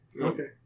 Okay